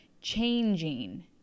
changing